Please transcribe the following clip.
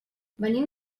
venim